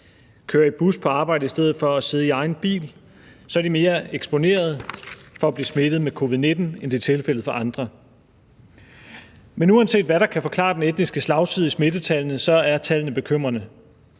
kører i bus på arbejde i stedet for at sidde i egen bil, så er de mere eksponerede for at blive smittet med covid-19, end det er tilfældet for andre. Men uanset hvad der kan forklare den etniske slagside i smittetallene, er tallene bekymrende.